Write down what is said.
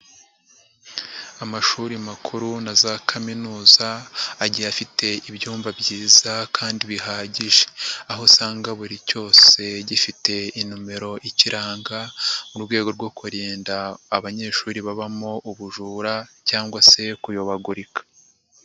Amashuri makuru na za kaminuza agiye afite ibyumba byiza kandi bihagije. Aho usanga buri cyose gifite inomero ikiranga mu rwego rwo kurinda abanyeshuri babamo ubujura cyangwa se kuyobagurika.